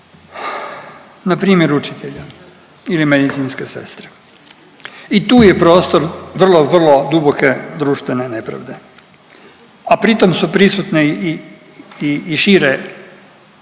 npr. učitelja ili medicinske sestre i tu je prostor vrlo, vrlo duboke društvene nepravde, a pritom su prisutne i šire